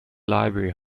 library